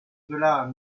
cela